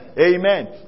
Amen